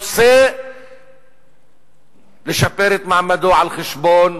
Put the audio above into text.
רוצה לשפר את מעמדו על חשבון